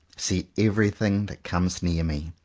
see everything that comes near me.